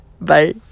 Bye